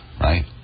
right